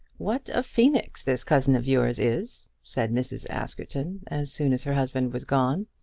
what a phoenix this cousin of yours is, said mrs. askerton, as soon as her husband was gone.